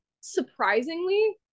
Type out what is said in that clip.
surprisingly